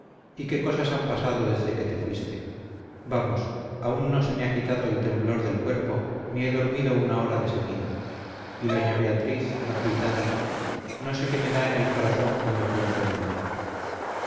y qué cosas han pasado desde que te fuiste vamos aún no se me ha quitado el temblor del cuerpo ni he dormido una hora de seguido y doña beatriz la cuitada no sé qué me da en el corazón cuando pienso en ella